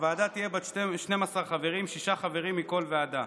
הוועדה תהיה בת 12 חברים, שישה חברים מכל ועדה: